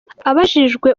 abajijwe